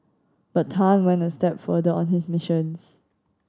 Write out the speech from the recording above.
but Tan went a step further on his missions